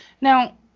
now